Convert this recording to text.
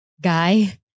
guy